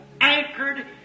anchored